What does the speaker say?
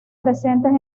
presentes